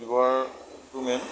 ব্যৱহাৰটো মেইন